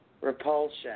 repulsion